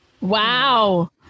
Wow